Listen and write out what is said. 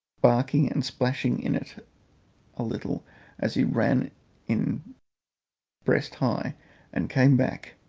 barking and splashing in it a little as he ran in breast-high and came back,